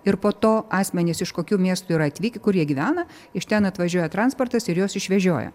ir po to asmenys iš kokių miestų yra atvykę kur jie gyvena iš ten atvažiuoja transportas ir juos išvežioja